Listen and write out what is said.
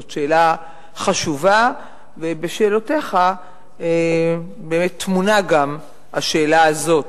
זאת שאלה חשובה ובשאלותיך טמונה גם השאלה הזאת,